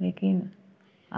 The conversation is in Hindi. लेकिन